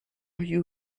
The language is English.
you